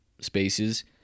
spaces